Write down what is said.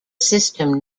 system